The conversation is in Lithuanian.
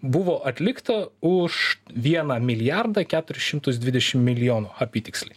buvo atlikta už vieną milijardą keturis šimtus dvidešim milijonų apytiksliai